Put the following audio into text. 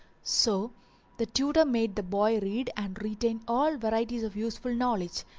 so the tutor made the boy read and retain all varieties of useful knowledge,